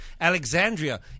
Alexandria